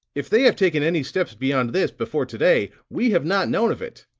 if they have taken any steps beyond this, before to-day, we have not known of it.